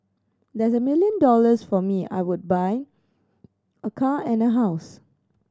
there's a million dollars for me I would buy a car and a house